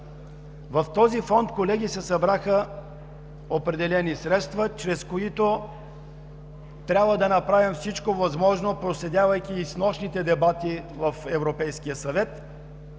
В този фонд, колеги, се събраха определени средства, чрез които трябва да направим всичко възможно, проследявайки и снощните дебати в Европейския съвет,